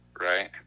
right